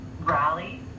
rally